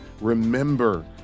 remember